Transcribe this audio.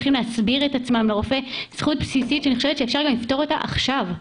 צריכים להסביר את עצמם הרבה זכות בסיסית שאפשר לפתור אותה עכשיו.